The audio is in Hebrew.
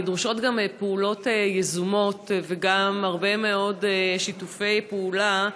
דרושות גם פעולות יזומות וגם הרבה מאוד שיתופי פעולה.